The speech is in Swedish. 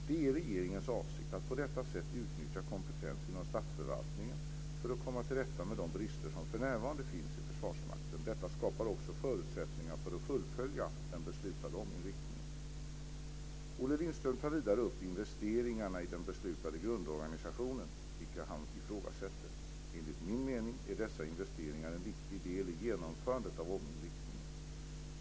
Det är regeringens avsikt att på detta sätt utnyttja kompetens inom statsförvaltningen för att komma till rätta med de brister som för närvarande finns i Försvarsmakten. Detta skapar också förutsättningar för att fullfölja den beslutade ominriktningen. Olle Lindström tar vidare upp investeringarna i den beslutade grundorganisationen, vilka han ifrågasätter. Enligt min mening är dessa investeringar en viktig del i genomförandet av ominriktningen.